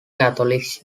catholic